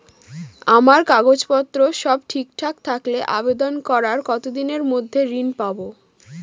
আমার কাগজ পত্র সব ঠিকঠাক থাকলে আবেদন করার কতদিনের মধ্যে ঋণ পাব?